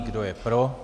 Kdo je pro?